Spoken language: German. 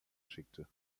schickte